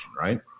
right